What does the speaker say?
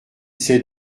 sais